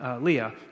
Leah